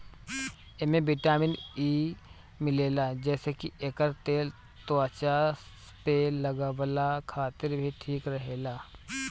एमे vitamin E मिलेला जेसे की एकर तेल त्वचा पे लगवला खातिर भी ठीक रहेला